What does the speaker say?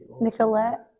Nicolette